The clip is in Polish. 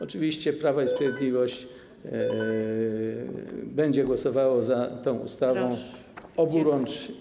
Oczywiście Prawo i Sprawiedliwość będzie głosowało za tą ustawą oburącz.